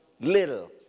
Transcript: little